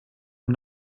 und